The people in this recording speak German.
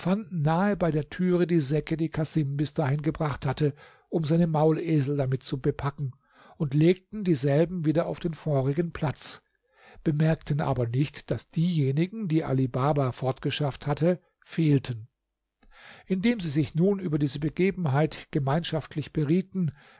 nahe bei der thüre die säcke die casim bis dahin gebracht hatte um seine maulesel damit zu bepacken und legten dieselben wieder auf den vorigen platz bemerkten aber nicht daß diejenigen die ali baba fortgeschafft hatte fehlten indem sie sich nun über diese begebenheit gemeinschaftlich berieten